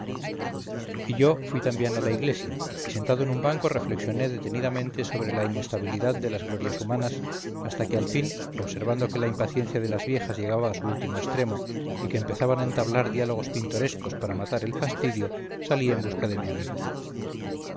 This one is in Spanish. y yo fui también a la iglesia y sentado en un banco reflexioné detenidamente sobre la inestabilidad de las glorias humanas hasta que al fin observando que la impaciencia de las viejas llegaba a su último extremo y que empezaban a entablar diálogos pintorescos para matar el fastidio salí en busca de mi amigo